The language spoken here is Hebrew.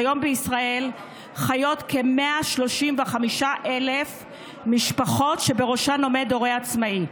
כיום בישראל חיות כ-135,000 משפחות שבראשן עומד הורה עצמאי.